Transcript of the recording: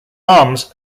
arms